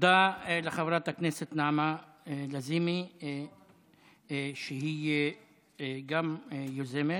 תודה לחברת הכנסת נעמה לזימי, שהיא גם יוזמת.